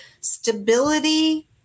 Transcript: Stability